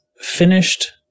finished